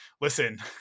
listen